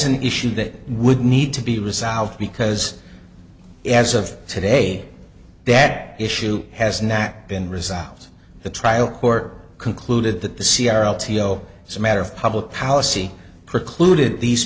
an issue that would need to be resolved because as of today that issue has not been resolved the trial court concluded that the c r l t o as a matter of public policy precluded these